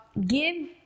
give